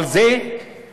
אבל זה קשור,